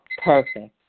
Perfect